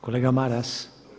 Kolega Maras.